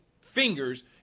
fingers